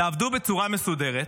תעבדו בצורה מסודרת,